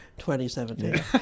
2017